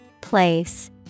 Place